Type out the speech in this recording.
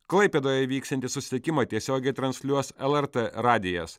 klaipėdoje vyksiantį susitikimą tiesiogiai transliuos lrt radijas